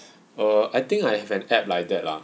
err I think I have an app like that lah